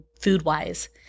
food-wise